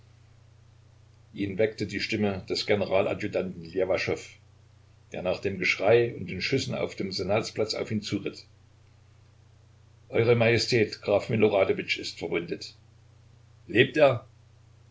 ihn weckte die stimme des generaladjutanten ljewaschow der nach dem geschrei und den schüssen auf dem senatsplatz auf ihn zuritt eure majestät graf miloradowitsch ist verwundet lebt er